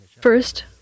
First